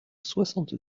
soixante